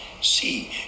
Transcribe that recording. See